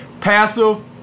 passive